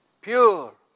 Pure